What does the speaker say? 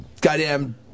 Goddamn